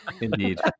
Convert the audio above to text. indeed